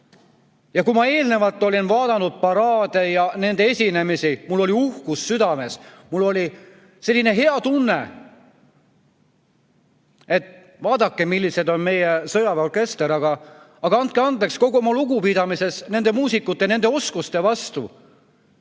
Kui ma varem vaatasin paraade ja nende esinemisi, siis mul oli uhkus südames, mul oli selline hea tunne, et vaadake, milline on meie sõjaväe orkester. Aga andke andeks, kogu oma lugupidamise juures nende muusikute ja nende oskuste vastu